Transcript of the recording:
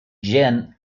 jin